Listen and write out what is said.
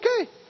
okay